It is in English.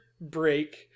break